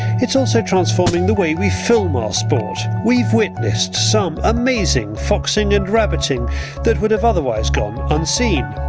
it's also transforming the way we film our sport. we've witnessed some amazing foxing and rabbitting that would have otherwise gone unseen.